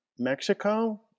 Mexico